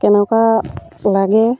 কেনেকুৱা লাগে